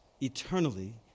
eternally